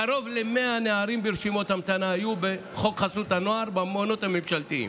קרוב ל-100 נערים ברשימות המתנה היו בחוק חסות הנוער במעונות הממשלתיים.